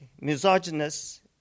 misogynist